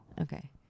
Okay